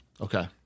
Okay